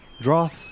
Droth